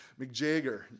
McJager